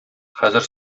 хәзер